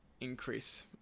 increase